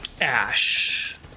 ash